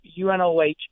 UNOH